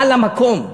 על המקום.